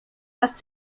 was